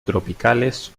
tropicales